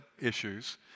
issues